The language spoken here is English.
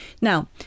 Now